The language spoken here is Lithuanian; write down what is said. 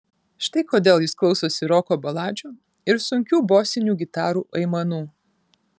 štai kodėl jis klausosi roko baladžių ir sunkių bosinių gitarų aimanų